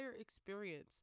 experience